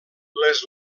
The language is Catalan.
les